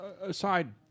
Aside